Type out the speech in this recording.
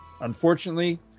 Unfortunately